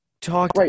Talk